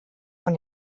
von